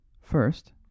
First